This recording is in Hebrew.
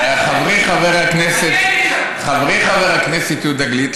חברי חבר הכנסת יהודה גליק,